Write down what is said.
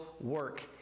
work